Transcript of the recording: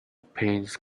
paint